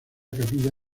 capilla